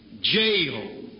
jail